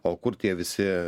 o kur tie visi